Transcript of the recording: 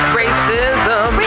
racism